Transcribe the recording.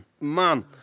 man